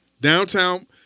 downtown